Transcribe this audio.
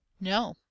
No